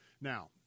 Now